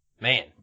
Man